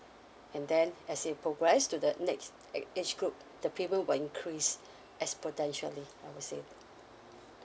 and then as it progress to the next ac~ age group the premium will increase as potentially I would say